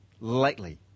lightly